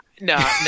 no